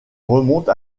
remonte